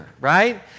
right